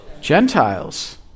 Gentiles